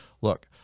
Look